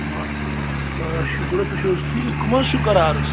آ آ شُکُر حظ تُہۍ چھِو حظ ٹھیٖک کٕم حظ چھِو کَران عرض